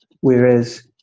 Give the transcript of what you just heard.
whereas